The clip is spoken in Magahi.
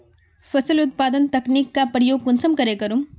फसल उत्पादन तकनीक का प्रयोग कुंसम करे करूम?